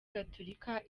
gatolika